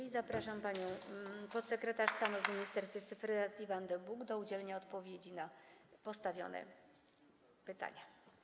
I zapraszam panią podsekretarz stanu w Ministerstwie Cyfryzacji Wandę Buk do udzielenia odpowiedzi na postawione pytania.